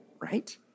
right